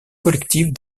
collectives